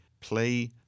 play